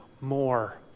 more